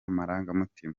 marangamutima